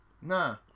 nah